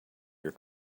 your